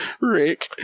Rick